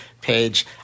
page